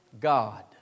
God